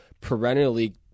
perennially